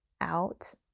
out